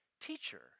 teacher